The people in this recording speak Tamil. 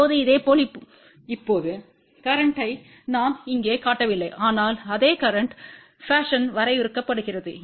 இப்போது இதேபோல் இப்போது கரேன்ட்த்தை நாம் இங்கே காட்டவில்லை ஆனால் அதே கரேன்ட் ஃபேஷன் வரையறுக்கப்படுகிறது